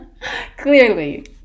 Clearly